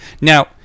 now